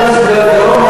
חברת הכנסת גלאון,